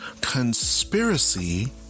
conspiracy